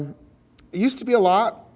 and used to be a lot,